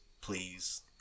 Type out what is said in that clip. please